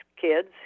kids